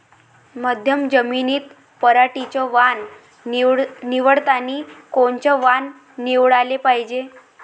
मध्यम जमीनीत पराटीचं वान निवडतानी कोनचं वान निवडाले पायजे?